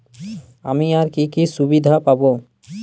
আমি আর কি কি সুবিধা পাব?